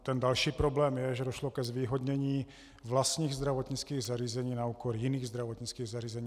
Ten další problém je, že došlo ke zvýhodnění vlastních zdravotnických zařízení na úkor jiných zdravotnických zařízení.